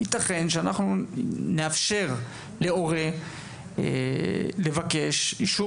ייתכן שאנחנו נאפשר להורה לבקש אישור